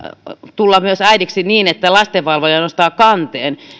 tulla äidiksi että lastenvalvoja nostaa kanteen